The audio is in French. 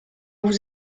vous